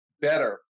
better